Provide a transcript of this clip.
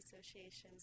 Association's